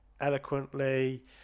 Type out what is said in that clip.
eloquently